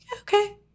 Okay